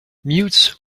mutes